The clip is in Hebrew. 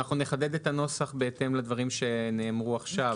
אנחנו נחדד את הנוסח בהתאם לדברים שנאמרו עכשיו.